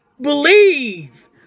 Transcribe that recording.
believe